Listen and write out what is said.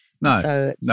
No